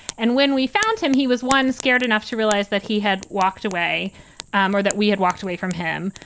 and when we found him, he was one scared enough to realize that he had walked away um or that we had walked away from him.